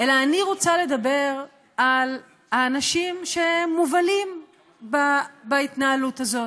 אלא אני רוצה לדבר על האנשים שמוּבלים בהתנהלות הזאת,